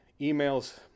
emails